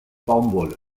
baumwolle